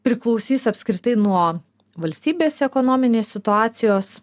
priklausys apskritai nuo valstybės ekonominės situacijos